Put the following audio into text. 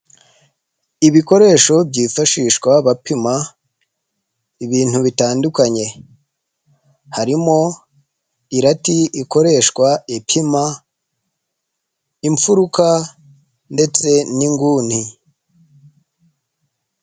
Ibikoresho byifashishwa bapima ibintu bitandukanye. Harimo irati ikoreshwa ipima imfuruka ndetse n'inguni.